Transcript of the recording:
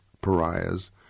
pariahs